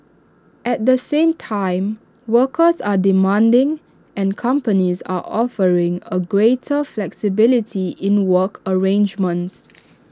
at the same time workers are demanding and companies are offering A greater flexibility in work arrangements